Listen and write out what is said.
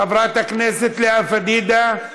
חברת הכנסת לאה פדידה,